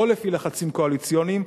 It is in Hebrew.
לא לפי לחצים קואליציוניים,